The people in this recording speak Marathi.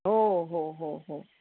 हो हो हो हो